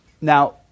Now